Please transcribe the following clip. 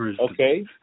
okay